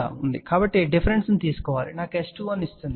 కాబట్టి డిఫరెన్స్ ని తీసుకోవాలి నాకు S21 ఇస్తుంది